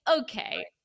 okay